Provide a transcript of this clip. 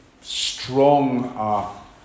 strong